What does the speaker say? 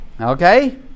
okay